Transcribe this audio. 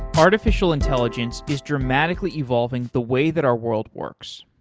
artificial intelligence is dramatically evolving the way that our world works,